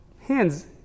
hands